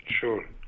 Sure